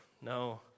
no